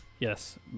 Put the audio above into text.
Yes